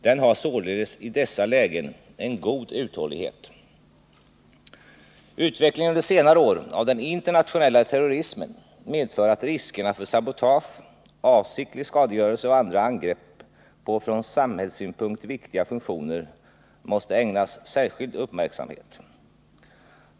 Den har således i dessa lägen en god uthållighet. Utvecklingen under senare år av den internationella terrorismen medför att riskerna för sabotage, avsiktlig skadegörelse och andra angrepp på från samhällssynpunkt viktiga funktioner måste ägnas särskild uppmärksamhet.